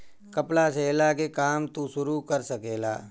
कपड़ा सियला के काम तू शुरू कर सकेला